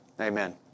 Amen